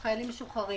משרד